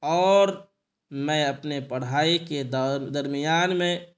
اور میں اپنے پڑھائی کے درمیان میں